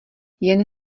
jen